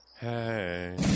Hey